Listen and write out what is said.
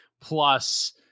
plus